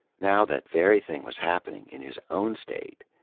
now that very thing was happening in his own state.